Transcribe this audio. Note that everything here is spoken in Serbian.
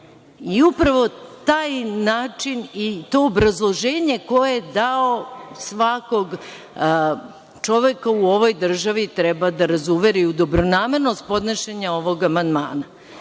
i upravo taj način i obrazloženje koje je dao svakog čoveka u ovoj državi treba da razuveri u dobronamernost podnošenja ovog amandmana. Znači,